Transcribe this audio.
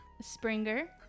Springer